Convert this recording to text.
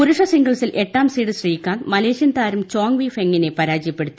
പുരുഷ സിംഗിൾസിൽ എട്ടാം സീഡ് ശ്രീകാന്ത് മലേഷ്യൻ താരം ചോങ്ങ് വീ ഫെൻങ്ങിനെ പരാജയപ്പെടുത്തി